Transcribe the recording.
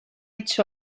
each